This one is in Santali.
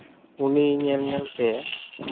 ᱩᱱᱤ ᱧᱮᱞ ᱧᱮᱞ ᱛᱮ